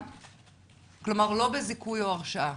כלומר לא בזיכוי או הרשעה?